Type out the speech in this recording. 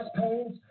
pains